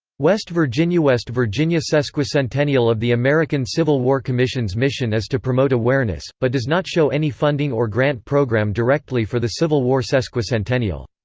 west virginiawest virginia sesquicentennial of the american civil war commission's mission is to promote awareness, but does not show any funding or grant program directly for the civil war sesquicentennial.